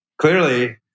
Clearly